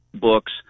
books